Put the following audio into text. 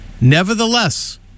Nevertheless